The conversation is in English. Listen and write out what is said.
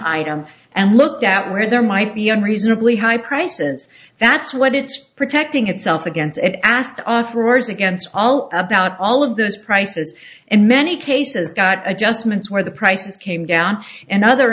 item and looked at where there might be unreasonably high prices that's what it's protecting itself against and ask us roars against all about all of those prices and many cases got adjustments where the prices came down and other